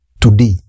today